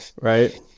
right